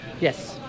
Yes